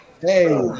Hey